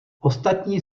ostatní